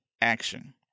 action